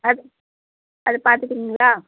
அது அது பார்த்துக்குறீங்களா